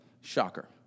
Shocker